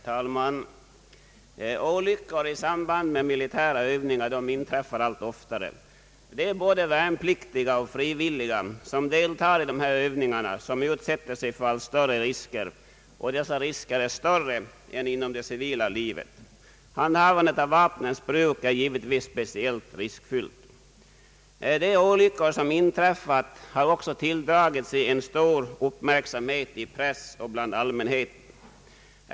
Herr talman! Olyckor i samband med militära övningar inträffar allt oftare. Både värnpliktiga och frivilliga som deltar i dessa övningar utsätter sig för större risker än inom det civila livet. Handhavandet av vapen är givetvis speciellt riskfyllt. De olyckor som inträffat har också tilldragit sig stor uppmärksamhet i press och bland allmänhet.